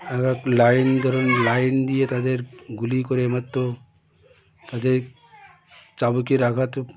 এক লাইন ধরুন লাইন দিয়ে তাদের গুলি করে মাত্র তাদের চাবুকের আঘাত